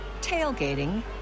tailgating